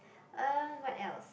um what else